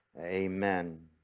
Amen